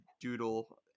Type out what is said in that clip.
doodle